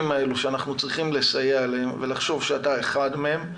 האלה שאנחנו צריכים לסייע להם ולחשוב שאתה אחד מהם,